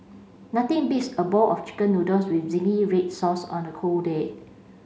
nothing beats a bowl of chicken noodles with zingy red sauce on a cold day